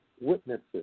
witnesses